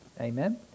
amen